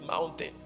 mountain